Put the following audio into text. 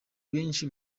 benshi